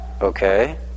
Okay